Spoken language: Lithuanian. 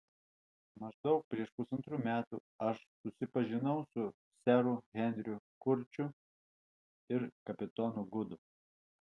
maždaug prieš pusantrų metų aš susipažinau su seru henriu kurčiu ir kapitonu gudu